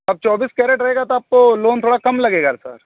अब चौबीस कैरेट रहेगा तो आपको लोन थोड़ा कम लगेगा सर